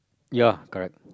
ya correct